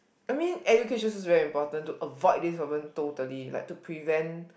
I mean education is very important to avoid this problem totally like to prevent